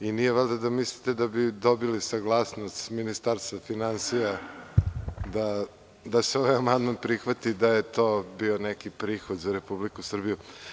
Nije valjda da mislite da bi dobili saglasnost Ministarstva finansija da se ovaj amandman prihvati da je to bio neki prihod za Republiku Srbiju?